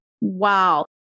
Wow